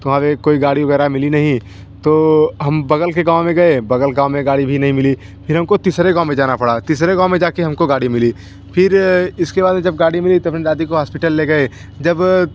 तो वहाँ पर कोई गाड़ी वग़ैरह मिली नहीं तो हम बगल के गाँव में गए बगल गाँव में गाड़ी भी नहीं मिली फिर हम को तीसरे गाँव में जाना पड़ा तीसरे गाँव में जा के हम को गाड़ी मिली फिर इसके बाद में जब गाड़ी मिली तब हम दादी को हौस्पिटल ले गए जब